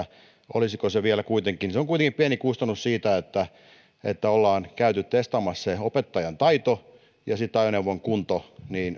olisiko se vielä kuitenkin se on kuitenkin pieni kustannus siitä että ollaan käyty testaamassa se opettajan taito ja sitten ajoneuvon kunto